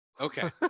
Okay